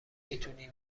میتونی